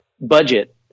budget